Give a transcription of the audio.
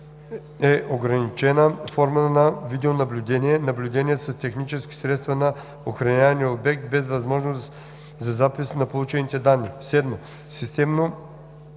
е ограничена форма на видеонаблюдение – наблюдение с технически средства на охранявания обект, без възможност за запис на получените данни. 7. „Системно“